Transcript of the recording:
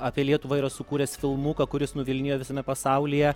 apie lietuvą yra sukūręs filmuką kuris nuvilnijo visame pasaulyje